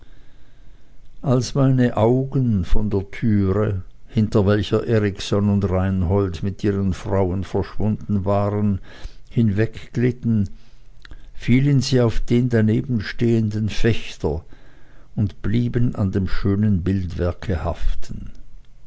als meine augen von der türe hinter welcher erikson und reinhold mit ihren frauen verschwunden waren hinwegglitten fielen sie auf den danebenstehenden fechter und blieben an dem schönen bildwerke haften